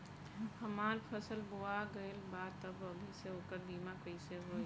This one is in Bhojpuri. हमार फसल बोवा गएल बा तब अभी से ओकर बीमा कइसे होई?